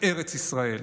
בארץ ישראל,